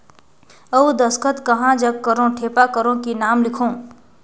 अउ दस्खत कहा जग करो ठेपा करो कि नाम लिखो?